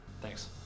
Thanks